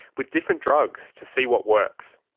with different drugs to see what works.